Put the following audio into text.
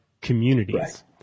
communities